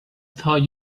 thought